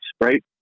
right